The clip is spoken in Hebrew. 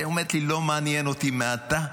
היא אומרת לי: לא מעניין אותי מה אתה.